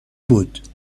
بود